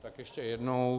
Tak ještě jednou.